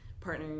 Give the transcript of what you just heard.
partnering